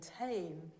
maintain